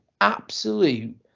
absolute